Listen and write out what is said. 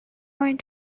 point